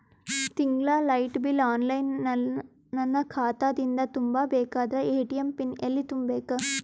ತಿಂಗಳ light bill online ನನ್ನ ಖಾತಾ ದಿಂದ ತುಂಬಾ ಬೇಕಾದರ ಎ.ಟಿ.ಎಂ ಪಿನ್ ಎಲ್ಲಿ ತುಂಬೇಕ?